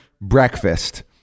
breakfast